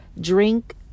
drink